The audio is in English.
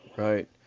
Right